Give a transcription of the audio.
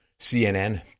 CNN